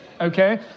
okay